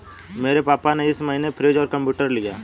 मेरे पापा ने इस महीने फ्रीज और कंप्यूटर लिया है